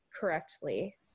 correctly